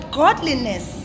godliness